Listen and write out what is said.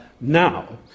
now